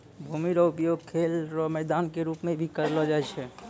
भूमि रो उपयोग खेल रो मैदान के रूप मे भी करलो जाय छै